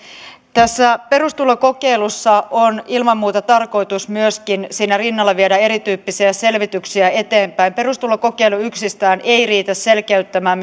tässä perustulokokeilussa on ilman muuta tarkoitus myöskin siinä rinnalla viedä erityyppisiä selvityksiä eteenpäin perustulokokeilu yksistään ei riitä selkeyttämään